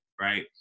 Right